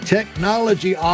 Technology